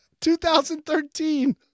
2013